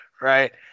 Right